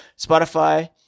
Spotify